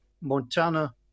Montana